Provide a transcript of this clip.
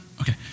Okay